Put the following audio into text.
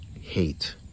hate